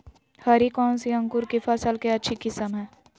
हरी कौन सी अंकुर की फसल के अच्छी किस्म है?